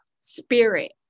spirit